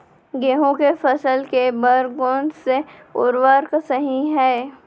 गेहूँ के फसल के बर कोन से उर्वरक सही है?